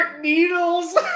needles